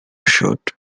shoot